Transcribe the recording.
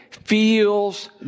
Feels